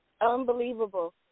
Unbelievable